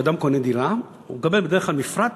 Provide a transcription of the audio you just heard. כשאדם קונה דירה הוא מקבל בדרך כלל מפרט,